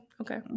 okay